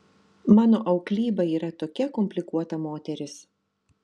mano auklyba yra tokia komplikuota moteris